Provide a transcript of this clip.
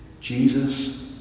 Jesus